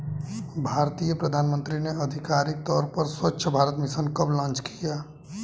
भारतीय प्रधानमंत्री ने आधिकारिक तौर पर स्वच्छ भारत मिशन कब लॉन्च किया?